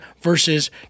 versus